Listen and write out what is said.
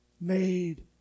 made